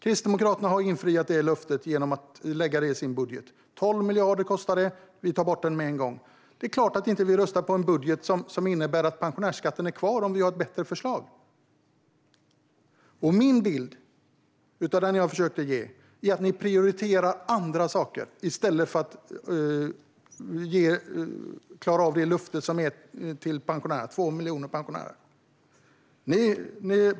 Kristdemokraterna har dock infriat det löftet genom att lägga detta i sin budget. 12 miljarder kostar det. Vi tar bort pensionärsskatten med en gång. Det är klart att vi inte röstar på en budget som innebär att pensionärsskatten blir kvar om vi har ett bättre förslag. Min bild, som jag försökte ge, är att ni prioriterar andra saker i stället för att klara av ert löfte till 2 miljoner pensionärer.